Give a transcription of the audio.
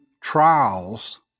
trials